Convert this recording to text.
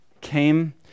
came